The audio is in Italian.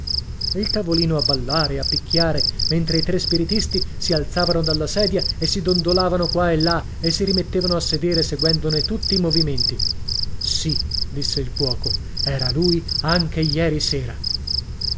il tavolino a ballare e a picchiare mentre i tre spiritisti si alzavano dalla sedia e si dondolavano qua e là e si rimettevano a sedere seguendone tutti i movimenti sì disse il cuoco era lui anche ieri sera